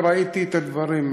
וראיתי את הדברים,